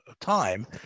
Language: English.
time